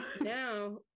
Now